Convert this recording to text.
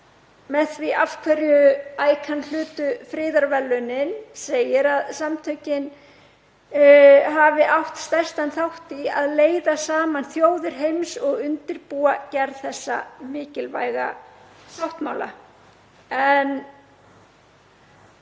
með því af hverju ICAN hlutu friðarverðlaunin segir að samtökin hafi átt stærstan þátt í að leiða saman þjóðir heims og undirbúa gerð þessa mikilvæga sáttmála.